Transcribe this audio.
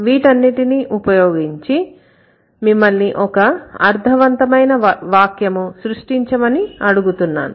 వీటన్నిటిని ఉపయోగించి మిమ్మల్ని ఒక అర్థవంతమైన వాక్యము సృష్టించమని అడుగుతున్నాను